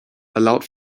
allowed